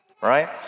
right